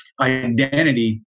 identity